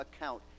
account